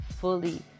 fully